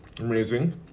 Amazing